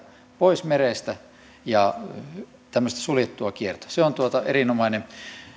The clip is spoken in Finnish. pois merestä ja tämmöistä suljettua kiertoa se on erinomainen